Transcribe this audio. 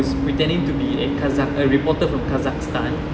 pretending to be a reporter from kazakhstan